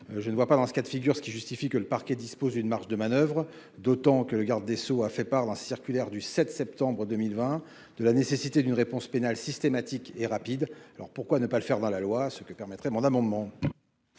je ne vois pas dans ce cas de figure, ce qui justifie que le parquet dispose d'une marge de manoeuvre, d'autant que le garde des Sceaux a fait par la circulaire du 7 septembre 2020 de la nécessité d'une réponse pénale systématique et rapide, alors pourquoi ne pas le faire dans la loi ce que permettrait mon amendement.